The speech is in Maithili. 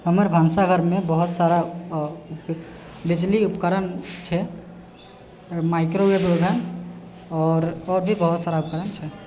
हमर भन्साघरमे बहुत सारा बिजली उपकरण छै माइक्रोवेव ओवेन आओर आओरभी बहुत सारा उपकरण छै